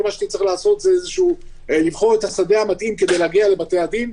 מה שצריך זה לבחור את השדה המתאים כדי להגיע לבתי-הדין,